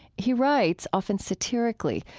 he writes, often satirically,